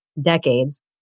decades